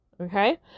Okay